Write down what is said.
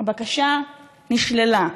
הבקשה נשללה,